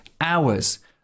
hours